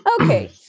Okay